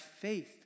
faith